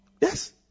Yes